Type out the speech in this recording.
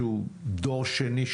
שהוא דור שני,